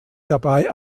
dabei